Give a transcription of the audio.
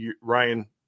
Ryan –